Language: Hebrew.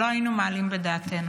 שלא היינו מעלים בדעתנו.